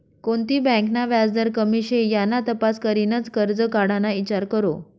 कोणती बँक ना व्याजदर कमी शे याना तपास करीनच करजं काढाना ईचार करो